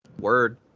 word